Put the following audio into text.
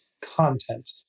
content